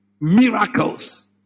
miracles